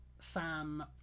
Sam